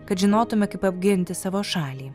kad žinotume kaip apginti savo šalį